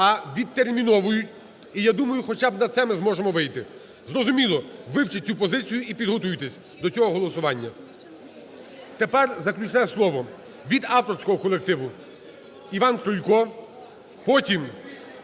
а відтерміновують. І я думаю, хоча б на це ми зможемо вийти. Зрозуміло. Вивчіть цю позицію і підготуйтесь до цього голосування. Тепер заключне слово. Від авторського колективу Іван Крулько,